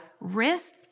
risk